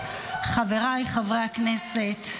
חבריי חברי הכנסת,